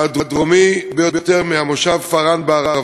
והדרומי ביותר, מהמושב פארן בערבה.